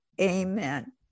Amen